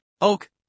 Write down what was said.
Oak